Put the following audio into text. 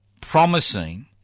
promising